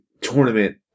tournament